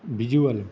visual